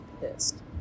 pissed